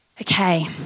Okay